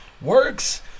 works